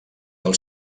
del